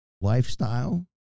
lifestyle